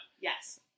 Yes